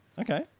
Okay